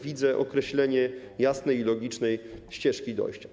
Widzę określenie jasnej i logicznej ścieżki dojścia.